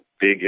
big